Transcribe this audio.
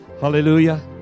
Hallelujah